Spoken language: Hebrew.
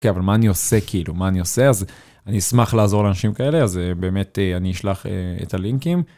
אבל מה אני עושה כאילו מה אני עושה אז אני אשמח לעזור לאנשים כאלה זה באמת אני אשלח את הלינקים.